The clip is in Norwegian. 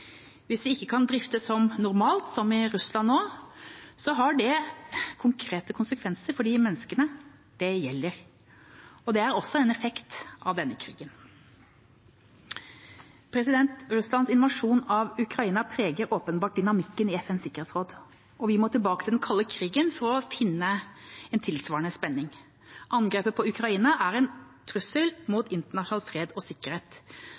Hvis vi ikke kan drifte som normalt – som i Russland nå – har det konkrete konsekvenser for de menneskene det gjelder. Det er også en effekt av denne krigen. Russlands invasjon av Ukraina preger åpenbart dynamikken i FNs sikkerhetsråd. Vi må tilbake til den kalde krigen for å finne en tilsvarende spenning. Angrepet på Ukraina er en trussel mot internasjonal fred og sikkerhet.